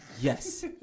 Yes